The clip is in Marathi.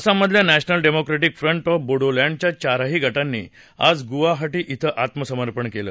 असममधल्या नॅशनल डेमोक्रॅटिक फ्रंट ऑफ बोडोलँडच्या चारही गटांनी आज गुवाहाटी क्रें आत्मसमर्पण केलं